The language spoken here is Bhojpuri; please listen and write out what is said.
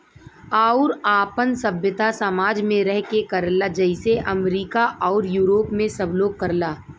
आउर आपन सभ्यता समाज मे रह के करला जइसे अमरीका आउर यूरोप मे सब लोग करला